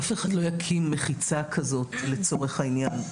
אף אחד לא יקים מחיצה כזאת לצורך העניין.